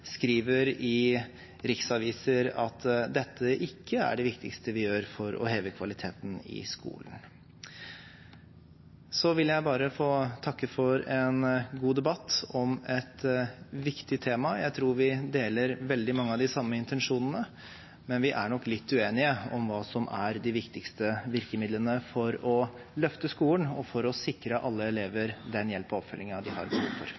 skriver i riksaviser at dette ikke er det viktigste vi gjør for å heve kvaliteten i skolen. Jeg vil få takke for en god debatt om et viktig tema. Jeg tror vi deler veldig mange av de samme intensjonene, men vi er nok litt uenige om hva som er de viktigste virkemidlene for å løfte skolen, og for å sikre alle elever den hjelpen og oppfølgingen de har behov for.